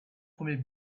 premiers